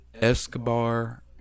Escobar